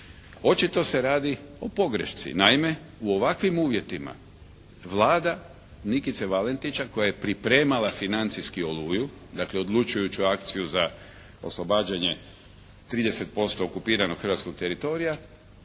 Očito se radi o pogrešci. Naime u ovakvim uvjetima Vlada Nikice Valentića koja je pripremala financijski "Oluju", dakle odlučujuću akciju za oslobađanje 30% okupiranog hrvatskog teritorija,